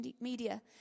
media